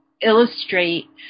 illustrate